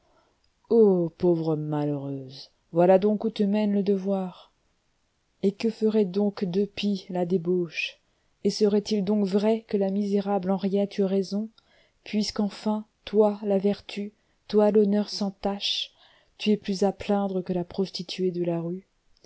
ô pauvre malheureuse voilà donc où te mène le devoir et que ferait donc de pis la débauche et serait-il donc vrai que la misérable henriette eût raison puisqu'enfin toi la vertu toi l'honneur sans tache tu es plus à plaindre que la prostituée de la rue